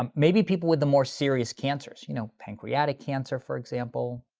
um maybe people with the more serious cancers, you know, pancreatic cancer for example.